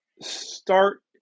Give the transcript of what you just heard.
start